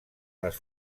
les